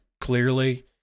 clearly